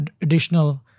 additional